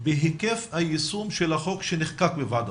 בהיקף היישום של החוק שנחקק בוועדה,